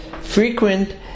frequent